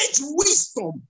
wisdom